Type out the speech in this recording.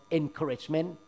encouragement